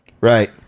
Right